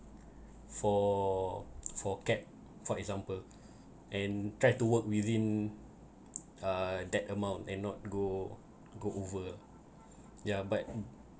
for for cab for example and try to work within uh that amount and not go go over yeah but